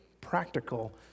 practical